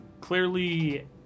Clearly